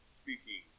speaking